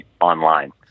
online